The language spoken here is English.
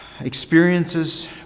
experiences